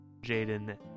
Jaden